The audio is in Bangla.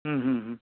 হুম হুম হুম